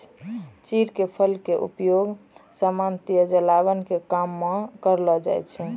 चीड़ के फल के उपयोग सामान्यतया जलावन के काम मॅ करलो जाय छै